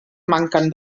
manquen